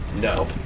No